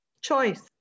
Choice